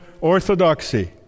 orthodoxy